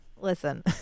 Listen